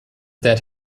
dead